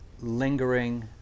lingering